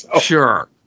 Sure